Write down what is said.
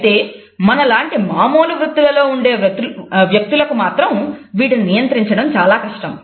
అయితే మనలాంటి మామూలు వృత్తులలో ఉండే వ్యక్తులకు మాత్రం వీటిని నియంత్రించడం చాలా కష్టం